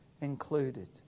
included